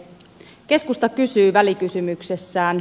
keskusta kysyy välikysymyksessään